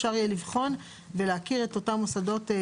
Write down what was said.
אפשר יהיה לבחון ולהכיר את אותן תעודות